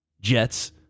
jets